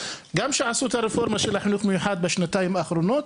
גם כשעשו את הרפורמה של החינוך מיוחד בשנתיים האחרונות,